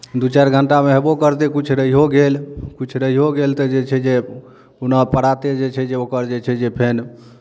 दू चारि घण्टामे हेबो करतै किछु रहिओ गेल किछु रहिओ गेल तऽ जे छै जे पुनः प्राते जे छै जे ओकर जे छै जे फेर